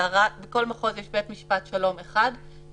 אלא בכל מרחב יש בית משפט שלום אחד שבו